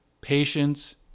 patience